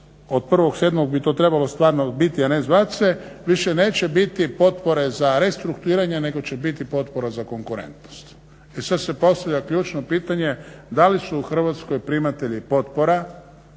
a od 1.7. bi to trebalo stvarno biti a ne zvati se više neće biti potpore za restrukturiranje nego će biti potpora za konkurentnost. I sad se postavlja ključno pitanje da li su u Hrvatskoj primatelji potpora